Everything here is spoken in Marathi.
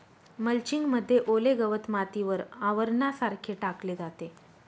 मल्चिंग मध्ये ओले गवत मातीवर आवरणासारखे टाकले जाते